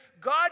God